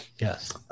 Yes